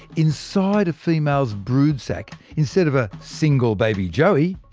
inside a female's brood sac, instead of a single baby joey,